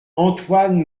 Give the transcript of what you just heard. antoine